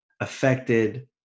affected